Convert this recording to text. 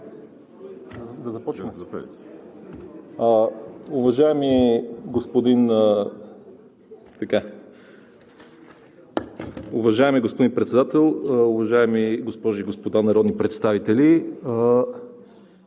ТАЛЕВ: Уважаеми господин Председател, уважаеми госпожи и господа народни представители!